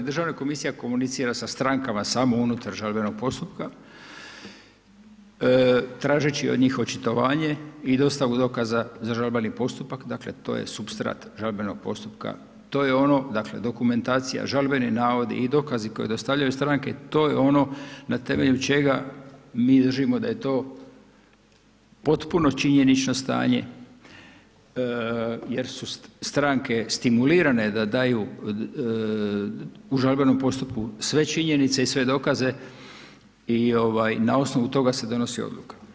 Državna komisija komunicira sa strankama samo unutar žalbenog postupka, tražeći od njih očitovanje i dostavu dokaza za žalbeni postupak, dakle to je supstrat žalbenog postupka, to je ono dakle dokumentacija, žalbeni navodi i dokazi koje dostavljaju stranke to je ono na temelju čega mi držimo da je to potpuno činjenično stanje jer su stranke stimulirane da daju u žalbenom postupku sve činjenice i sve dokaze i ovaj na osnovu toga se donosi odluka.